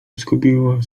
skupiłaś